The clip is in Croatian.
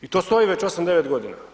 I to stoji već 8, 9 godina.